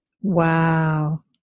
Wow